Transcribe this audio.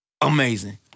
amazing